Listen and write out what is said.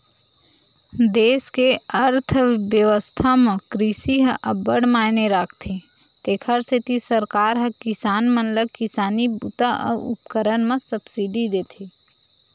देस के अर्थबेवस्था म कृषि ह अब्बड़ मायने राखथे तेखर सेती सरकार ह किसान मन ल किसानी बूता अउ उपकरन म सब्सिडी देथे